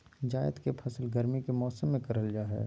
जायद के फसल गर्मी के मौसम में करल जा हइ